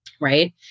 right